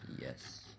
Yes